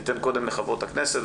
אני אתן קודם לחברות הכנסת,